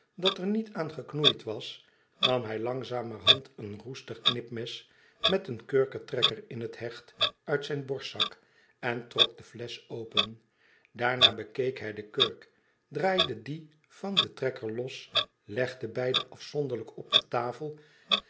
dat er niet aan geknoeid was nam hij langzaam een roestig knipmes met een kurketrekker in het hecht uit zijn borstzak en trok de flesch open daarna bekeek hij de kurk draaide die van den trekker los legde beide afzonderlijk op de tafel